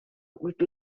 would